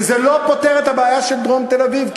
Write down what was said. וזה לא פותר את הבעיה של דרום תל-אביב,